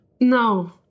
No